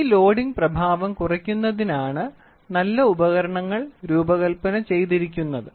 ഈ ലോഡിംഗ് പ്രഭാവം കുറയ്ക്കുന്നതിനാണ് നല്ല ഉപകരണങ്ങൾ രൂപകൽപ്പന ചെയ്തിരിക്കുന്നത്